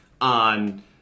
on